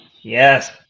Yes